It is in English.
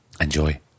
Enjoy